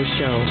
Show